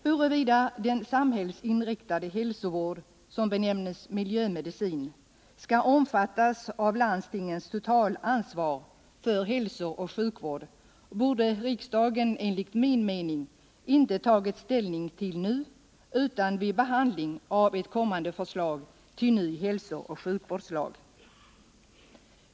Huruvida den samhällsinriktade hälsovård som benämnes miljömedicin skall omfattas av landstingens totalansvar för hälsooch sjukvård borde riksdagen enligt min mening inte ta ställning till nu utan vid behandlingen av ett kommande förslag till ny hälsooch sjukvårdslag.